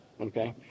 okay